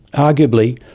arguably,